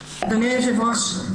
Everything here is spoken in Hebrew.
היושב-ראש,